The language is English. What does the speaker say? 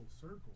circle